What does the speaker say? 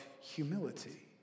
humility